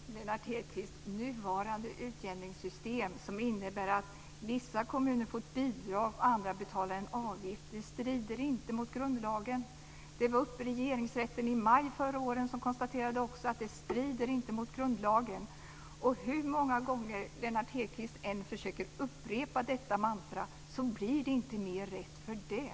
Fru talman! Lennart Hedquist, nuvarande utjämningssystem, som innebär att vissa kommuner får bidrag och andra betalar en avgift, strider inte mot grundlagen. Detta var uppe i Regeringsrätten i maj förra året, och det konstaterades att det inte strider mot grundlagen. Hur många gånger Lennart Hedquist än försöker upprepa detta mantra blir det inte mer rätt för det.